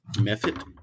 Method